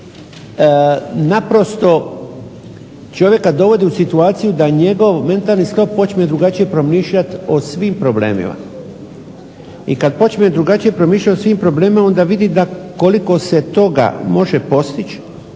naprosto čovjeka dovodi u situaciju da njegov mentalni sklop počne drugačije promišljati o svim problemima. I kada počne drugačije promišljati o svim problemima onda vidi koliko se toga može postići